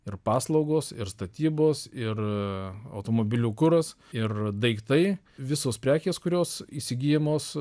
ir paslaugos ir statybos ir automobilių kuras ir daiktai visos prekės kurios įsigyjamos